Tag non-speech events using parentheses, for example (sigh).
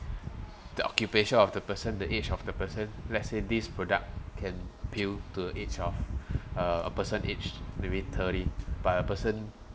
the occupation of the person the age of the person let's say this product can appeal to the age of (breath) uh a person age maybe thirty but a person